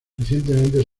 recientemente